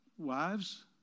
Wives